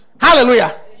Hallelujah